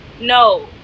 no